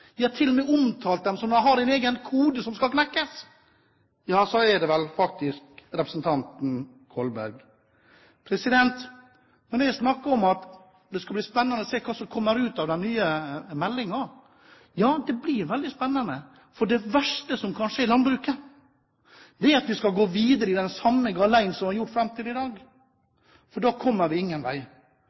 til og med omtalt partiet som om det har en egen kode som skal knekkes – er det vel faktisk representanten Kolberg. Det skal bli spennende å se hva som kommer ut av den nye meldingen. Ja, det blir veldig spennende, for det verste som kan skje i landbruket, er at vi går videre i den samme galeien som vi har gjort fram til i dag, for da kommer vi ingen vei.